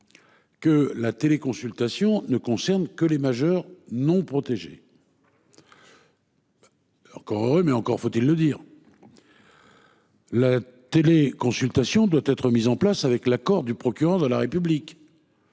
que la téléconsultation ne concerne que les majeurs non protégés. Encore heureux ! Certes, mais encore faut-il le dire ! La téléconsultation doit être mise en place avec l'accord du procureur de la République.